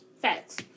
Facts